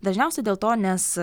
dažniausiai dėl to nes